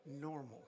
normal